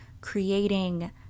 creating